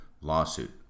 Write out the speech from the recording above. lawsuit